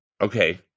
okay